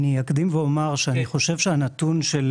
אני אקדים ואומר שאני חושב שהנתון של